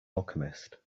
alchemist